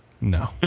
No